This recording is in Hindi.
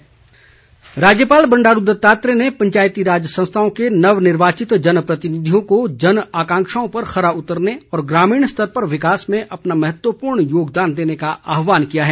राज्यपाल राज्यपाल बंडारू द त्तात्रेय ने पंचायती राज संस्थाओं के नवनिर्वाचित जनप्रतिनिधियों को जन आकांक्षाओं पर खरा उतरने और ग्रामीण स्तर पर विकास में अपना महत्वपूर्ण योगदान देने का आहवान किया है